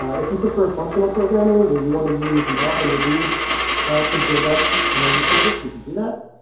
if you prefer functional programming where you want to use map and reduce to build up, you know, your templates, you can do that.